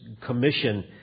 commission